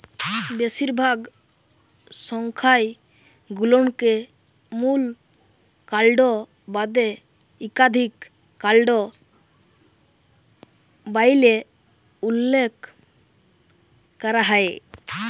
বেশিরভাগ সংখ্যায় গুল্মকে মূল কাল্ড বাদে ইকাধিক কাল্ড ব্যইলে উল্লেখ ক্যরা হ্যয়